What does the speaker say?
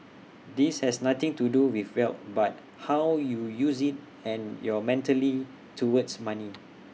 this has nothing to do with wealth but how you use IT and your mentally towards money